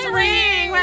ring